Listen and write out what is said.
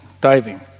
diving